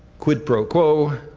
quid pro quo.